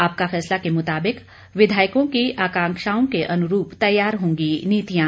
आपका फैसला के मुताबिक विधायकों की आकांक्षाओं के अनुरूप तैयार होंगी नीतियां